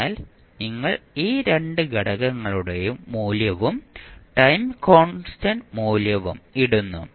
അതിനാൽ നിങ്ങൾ ഈ 2 ഘടകങ്ങളുടെയും മൂല്യവും ടൈം കോൺസ്റ്റന്റ് മൂല്യവും ഇടുന്നു